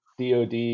DoD